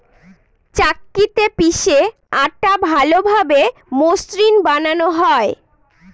চাক্কিতে পিষে আটা ভালোভাবে মসৃন বানানো হয়